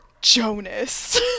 Jonas